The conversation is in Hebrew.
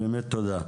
באמת תודה.